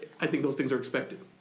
i think those things are expected,